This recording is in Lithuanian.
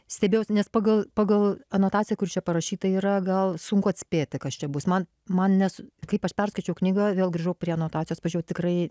stebėjausi nes pagal pagal anotaciją kuri čia parašyta yra gal sunku atspėti kas čia bus man man nes kaip aš perskaičiau knygą vėl grįžau prie anotacijos pažiūrėjau tikrai